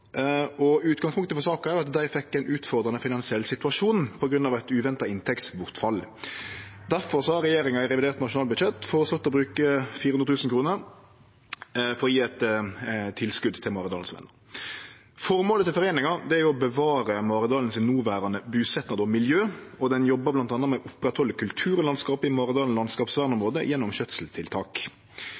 Utgangspunktet for saka er at dei fekk ein utfordrande finansiell situasjon på grunn av eit uventa inntektsbortfall. Difor har regjeringa i revidert nasjonalbudsjett føreslått å bruke 400 000 kr for å gje eit tilskot til Maridalens Venner. Formålet til foreininga er å bevare Maridalen sin noverande busetnad og miljø, og ein arbeider bl.a. med å oppretthalde kulturlandskap i Maridalen landskapsvernområde gjennom skjøtselstiltak. Forvaltninga av verneområda og oppfølginga av forvaltningsplanar, slik som i